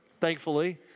thankfully